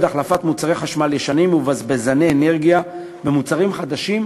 החלפת מוצרי חשמל ישנים ובזבזני אנרגיה במוצרים חדשים,